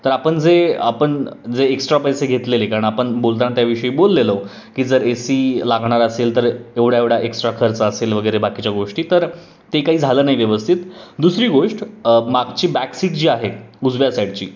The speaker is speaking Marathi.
तर आपण जे आपण जे एक्स्ट्रा पैसे घेतलेले कारण आपण बोलताना त्याविषयी बोललेलो की जर ए सी लागणार असेल तर एवढा एवढा एक्स्ट्रा खर्च असेल वगैरे बाकीच्या गोष्टी तर ते काही झालं नाही व्यवस्थित दुसरी गोष्ट मागची बॅक सीट जी आहे उजव्या साईडची